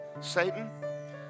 Satan